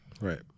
Right